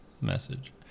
message